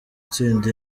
itsinda